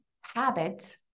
habit